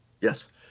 Yes